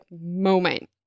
moment